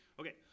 Okay